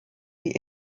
wie